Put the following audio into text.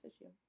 issue